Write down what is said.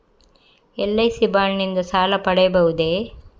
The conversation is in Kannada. ಎಲ್.ಐ.ಸಿ ಬಾಂಡ್ ನಿಂದ ಸಾಲ ಪಡೆಯಬಹುದೇ?